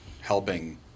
helping